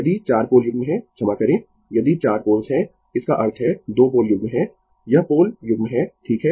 यदि 4 पोल युग्म है क्षमा करें यदि 4 पोल्स है इसका अर्थ है 2 पोल युग्म है यह पोल युग्म है ठीक है